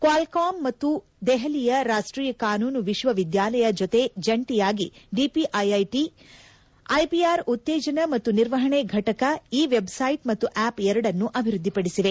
Qualcomm ಮತ್ತು ದೆಹಲಿಯ ರಾಷ್ಟೀಯ ಕಾನೂನು ವಿಶ್ವವಿದ್ಯಾಲಯ ಜತೆ ಜಂಟಿಯಾಗಿ ಡಿಪಿಐಐಟಿ ಐಪಿಆರ್ ಉತ್ತೇಜನ ಮತ್ತು ನಿರ್ವಹಣೆ ಘಟಕ ಈ ವೆಬ್ಸೈಟ್ ಮತ್ತು ಆಪ್ ಎರಡನ್ನು ಅಭಿವ್ದದ್ವಿಪಡಿಸಿದೆ